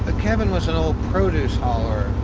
ah kevin was an old produce hauler